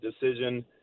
decision